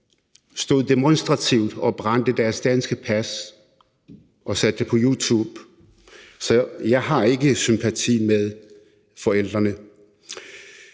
stod demonstrativt og brændte deres danske pas af og lagde det på YouTube – så jeg har ikke sympati med forældrene.